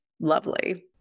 lovely